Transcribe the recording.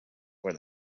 for